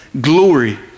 glory